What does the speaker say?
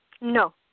No